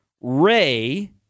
Ray